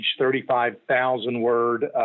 35,000-word